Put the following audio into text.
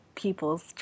people's